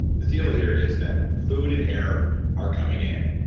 the deal here is that food and air are coming in.